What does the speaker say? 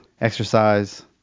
exercise